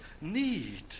need